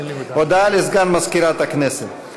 הודעה לסגן מזכירת הכנסת.